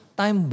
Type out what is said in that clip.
time